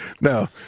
No